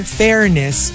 fairness